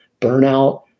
burnout